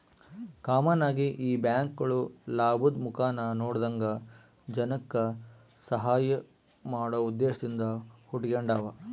common ಆಗಿ ಈ ಬ್ಯಾಂಕ್ಗುಳು ಲಾಭುದ್ ಮುಖಾನ ನೋಡದಂಗ ಜನಕ್ಕ ಸಹಾಐ ಮಾಡೋ ಉದ್ದೇಶದಿಂದ ಹುಟಿಗೆಂಡಾವ